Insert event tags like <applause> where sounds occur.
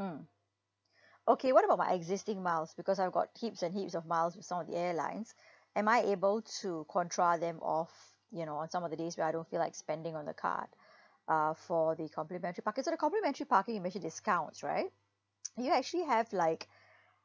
mm okay what about my existing miles because I've got heaps and heaps of miles with some of the airlines <breath> am I able to contra them off you know some of the days where I don't feel like spending on the card <breath> uh for the complimentary parking so the complimentary parking you mention discounts right <noise> do you actually have like